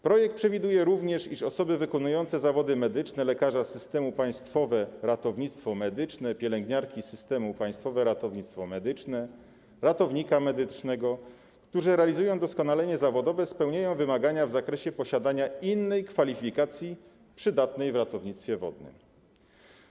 Projekt przewiduje również, iż osoby wykonujące zawody medyczne: lekarza systemu Państwowe Ratownictwo Medyczne, pielęgniarki systemu Państwowe Ratownictwo Medyczne, ratownika medycznego, którzy realizują doskonalenie zawodowe, spełniają wymagania w zakresie posiadania innej kwalifikacji przydatnej w ratownictwie wodnym.